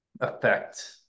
affect